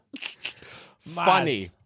Funny